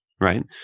right